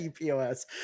EPOS